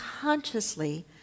consciously